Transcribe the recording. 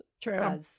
True